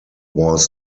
was